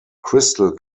crystal